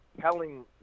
telling